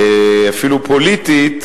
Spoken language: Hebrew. אפילו פוליטית,